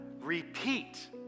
repeat